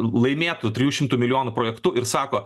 laimėtu trijų šimtų milijonų projektu ir sako